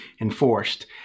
enforced